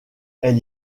elle